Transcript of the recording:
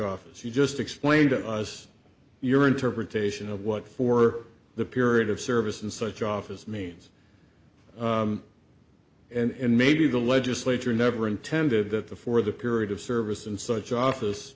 office you just explain to us your interpretation of what for the period of service in such office means and maybe the legislature never intended that the for the period of service and such office